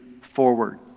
forward